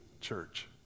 church